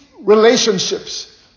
relationships